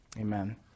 Amen